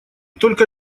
только